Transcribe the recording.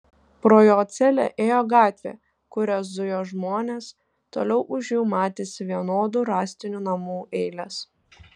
pro jo celę ėjo gatvė kuria zujo žmonės toliau už jų matėsi vienodų rąstinių namų eilės